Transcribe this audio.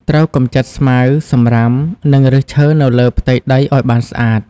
ត្រូវកម្ចាត់ស្មៅ សំរាម និងឫសឈើនៅលើផ្ទៃដីឱ្យបានស្អាត។